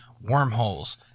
wormholes